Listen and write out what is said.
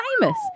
famous